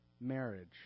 marriage